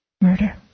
murder